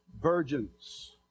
virgins